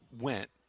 went